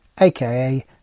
aka